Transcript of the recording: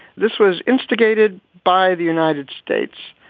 this was instigated by the united states.